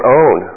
own